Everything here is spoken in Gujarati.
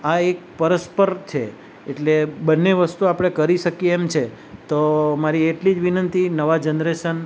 આ એક પરસ્પર છે એટલે બંને વસ્તુ આપણે કરી શકીએ એમ છે તો મારી એટલી જ વિનંતી નવા જનરેશન